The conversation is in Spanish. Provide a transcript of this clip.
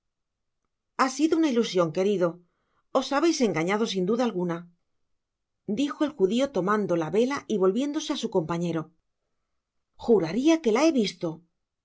ha sido una ilusion querido os habeis engañado sin duda alguna dijo el judio tomando la vela y volviéndose á su compañero juraria que la he visto